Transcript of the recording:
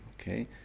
Okay